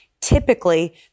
Typically